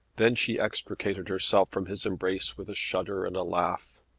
then she extricated herself from his embrace with a shudder and a laugh.